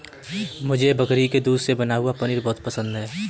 मुझे बकरी के दूध से बना हुआ पनीर बहुत पसंद है